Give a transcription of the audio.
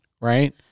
right